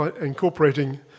incorporating